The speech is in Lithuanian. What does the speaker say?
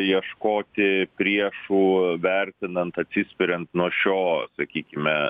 ieškoti priešų vertinant atsispiriant nuo šio sakykime